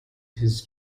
his